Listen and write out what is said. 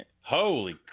Holy